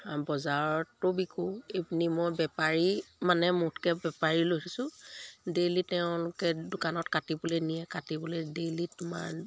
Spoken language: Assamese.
বজাৰতো বিকো এইপিনি মই বেপাৰী মানে মুঠকৈ বেপাৰী লৈছোঁ ডেইলি তেওঁলোকে দোকানত কাটিবলে নিয়ে কাটিবলৈ ডেইলি তোমাৰ